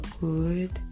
Good